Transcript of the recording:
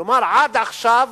כלומר, עד עכשיו,